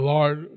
Lord